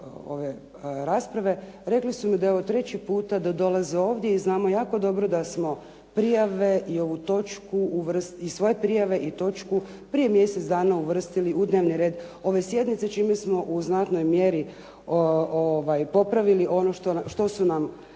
ove rasprave, rekli su mi da je ovo treći puta da dolaze ovdje i znamo jako dobro da smo prijave i ovu točku i svoje prvu točku i točku prije mjesec dana uvrstili u dnevni red ove sjednice, čime smo u znatnoj mjeri popravili ono što su nam